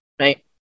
right